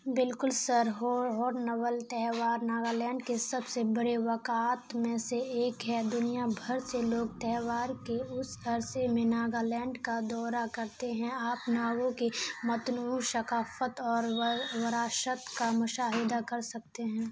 بالکل سر ہور ہورنول تہوار ناگالینڈ کے سب سے بڑے واقعات میں سے ایک ہے دنیا بھر سے لوگ تہوار کے اس عرصے میں ناگالینڈ کا دورہ کرتے ہیں آپ ناگو کے متنوع ثقافت اور وراثت کا مشاہدہ کر سکتے ہیں